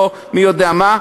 לא מי יודע מה,